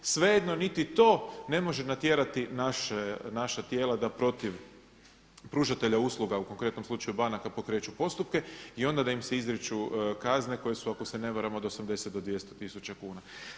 Svejedno niti to ne može natjerati naša tijela da protiv pružatelja usluga u konkretno slučaju banaka pokreću postupke i onda da im se izriču kazne koje su ako se ne varam od 80 do 200 tisuća kuna.